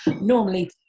normally